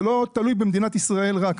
זה לא תלוי במדינת ישראל רק,